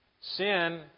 Sin